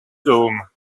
dôme